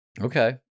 Okay